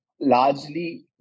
largely